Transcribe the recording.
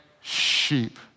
sheep